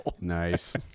nice